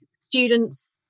students